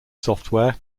software